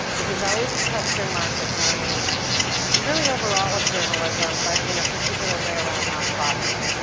this is always a question mark that hangs really over all of journalism but in a particular way around nonprofits.